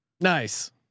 Nice